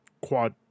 quad